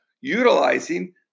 utilizing